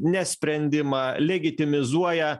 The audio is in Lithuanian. ne sprendimą legitimizuoja